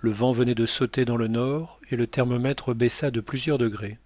le vent venait de sauter dans le nord et le thermomètre baissa de plusieurs degrés